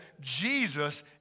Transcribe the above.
Jesus